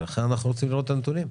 ולכן אנחנו רוצים לראות את הנתונים.